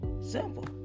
Simple